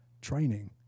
training